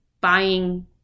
buying